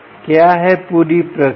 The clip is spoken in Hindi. क्या है पूरी प्रक्रिया